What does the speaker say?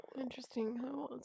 Interesting